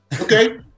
Okay